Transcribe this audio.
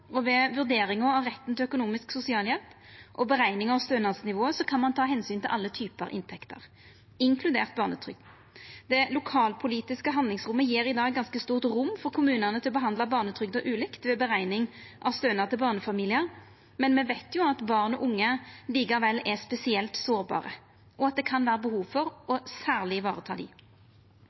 Ved vurderinga av retten til økonomisk sosialhjelp og berekninga av stønadsnivået kan ein ta omsyn til alle typar inntekter, inkludert barnetrygd. Det lokalpolitiske handlingsrommet gjev i dag ganske stort rom for kommunane til å behandla barnetrygda ulikt ved berekning av stønad til barnefamiliar, men me veit jo at barn og unge likevel er spesielt sårbare, og at det kan vera behov for særleg å vareta dei.